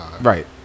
right